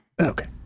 Okay